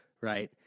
right